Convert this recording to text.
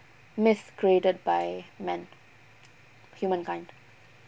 myth created by men humankind